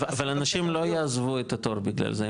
אבל אנשים לא יעזבו את התור בגלל זה,